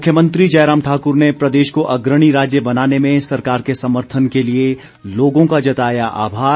मुख्यमंत्री जयराम ठाकुर ने प्रदेश को अग्रणी राज्य बनाने में सरकार के समर्थन के लिए लोगों का जताया आभार